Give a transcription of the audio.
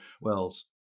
wells